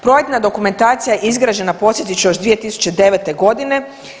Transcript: Projekta dokumentacija je izgrađena podsjetit ću još 2009. godine.